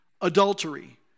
adultery